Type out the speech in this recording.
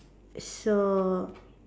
so